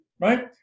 right